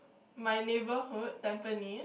my neighbourhood Tampines